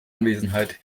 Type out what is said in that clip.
anwesenheit